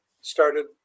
started